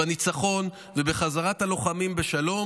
בניצחון ובחזרת הלוחמים בשלום.